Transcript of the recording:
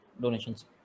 Donations